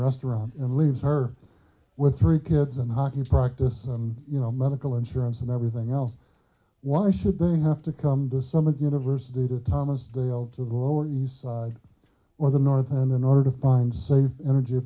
restaurant and leaves her with three kids and hockey practice and you know medical insurance and everything else why should they have to come to some a university to thomas dale to the lower east side or the north and in order to find save energy